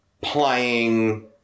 playing